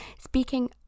speaking